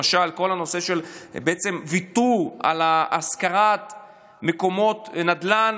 למשל כל הנושא של ויתור על השכרת מקומות נדל"ן